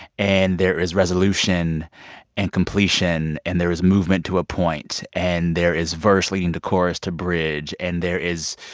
and there is resolution and completion. and there is movement to a point. and there is verse leading to chorus to bridge. and there is,